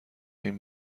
این